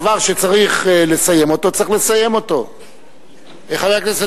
דבר שצריך לסיים אותו, צריך לסיים אותו.